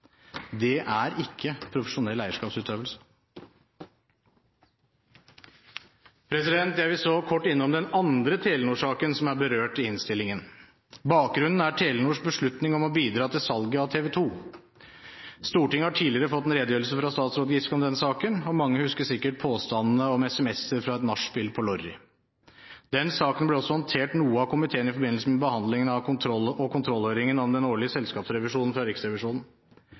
Det er ikke profesjonell eierskapsutøvelse. Jeg vil så kort innom den andre Telenor-saken som er berørt i innstillingen. Bakgrunnen er Telenors beslutning om å bidra til salget av TV 2. Stortinget har tidligere fått en redegjørelse fra statsråd Giske om denne saken, og mange husker sikkert påstandene om SMS-er fra et nachspiel på Lorry. Den saken ble også håndtert noe av komiteen i forbindelse med behandlingen og kontrollhøringen av den årlige selskapsrevisjonen fra Riksrevisjonen.